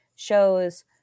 shows